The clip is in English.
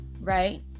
right